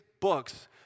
books